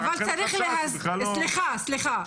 סליחה, סליחה.